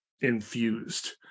infused